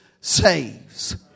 saves